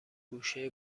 گوشه